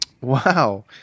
Wow